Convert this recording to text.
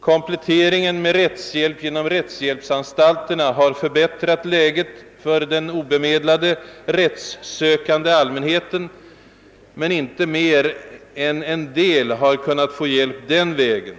Kompletteringen med rättshjälp genom rättshjälpsanstalterna har förbättrat läget för den obemedlade rättssökande allmänheten. Men bara en mindre del av de rättssökande har kunnat få hjälp den vägen.